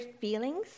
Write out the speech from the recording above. feelings